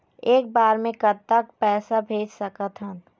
एक बार मे कतक पैसा भेज सकत हन?